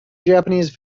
japanese